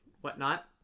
whatnot